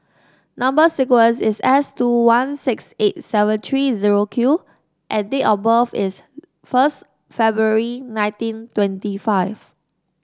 number sequence is S two one six eight seven three zero Q and date of birth is first February nineteen twenty five